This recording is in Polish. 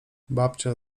babcia